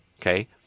okay